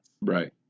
right